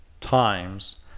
times